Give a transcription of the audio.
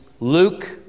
Luke